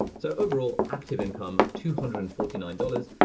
so overall active income, two hundred and forty nine dollars,